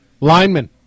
Lineman